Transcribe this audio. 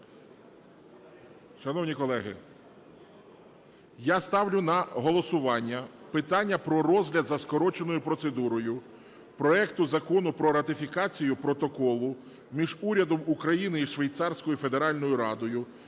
Шановні колеги, я ставлю на голосування питання про розгляд за скороченою процедурою проекту Закону про ратифікацію Протоколу між Урядом України і Швейцарською Федеральною Радою